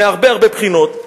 מהרבה הרבה בחינות,